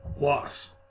loss